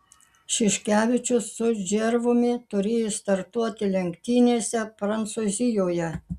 šiškevičius su džervumi turėjo startuoti lenktynėse prancūzijoje